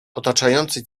otaczającej